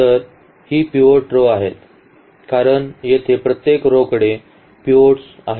तर ही pivot row आहेत कारण येथे प्रत्येक rowकडे पिव्होट आहे